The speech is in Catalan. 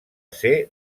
ser